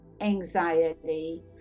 anxiety